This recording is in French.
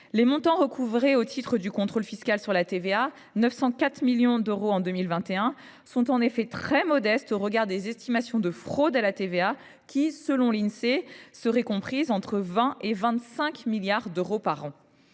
Les montants recouvrés au titre du contrôle fiscal sur la TVA – 904 millions d’euros en 2021 – sont en effet très modestes au regard des estimations de la fraude à la TVA, qui, selon l’Insee, serait comprise entre 20 et 25 milliards d’euros par an.